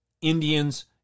Indians